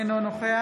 אינו נוכח